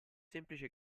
semplice